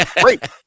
great